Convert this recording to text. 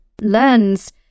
learns